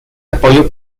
apoyo